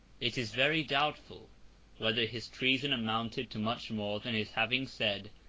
it is very doubtful whether his treason amounted to much more than his having said,